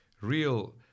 real